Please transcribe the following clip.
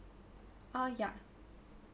uh ya